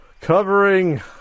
Covering